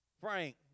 Frank